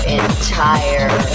entire